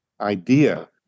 idea